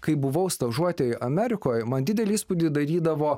kai buvau stažuotėje amerikoje man didelį įspūdį darydavo